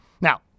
Now